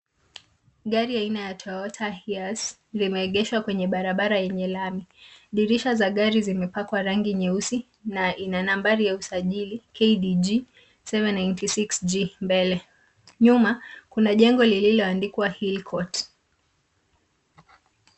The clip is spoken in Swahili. Gari aina ya Toyota Hiace limeegeshwa kwenye barabara yenye lami. Dirisha za gari zimepakwa rangi nyeusi na ina nambari ya usajili KDG 796G mbele. Nyuma, kuna jengo lililoandikwa Hill Court.